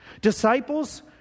Disciples